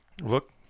Look